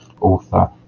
author